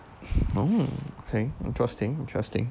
oh okay interesting interesting